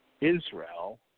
Israel